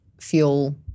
fuel